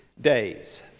days